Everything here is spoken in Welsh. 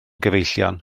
gyfeillion